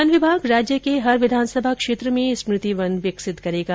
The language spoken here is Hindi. वन विभाग राज्य के हर विधानसभा क्षेत्र में स्मृति वन विकसित करेगा